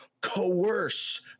coerce